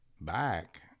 back